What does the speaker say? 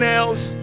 else